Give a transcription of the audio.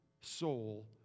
soul